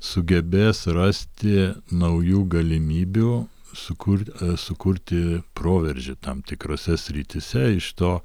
sugebės rasti naujų galimybių sukurt sukurti proveržį tam tikrose srityse iš to